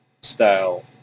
style